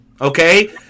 okay